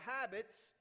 habits